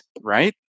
right